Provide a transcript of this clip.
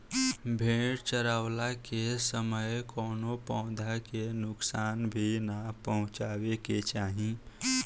भेड़ चरावला के समय कवनो पौधा के नुकसान भी ना पहुँचावे के चाही